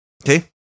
Okay